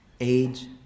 Age